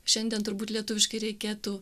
šiandien turbūt lietuviškai reikėtų